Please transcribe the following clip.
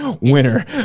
winner